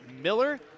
Miller